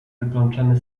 wyplączemy